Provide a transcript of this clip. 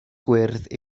gwyrdd